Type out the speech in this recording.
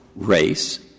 Race